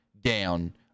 down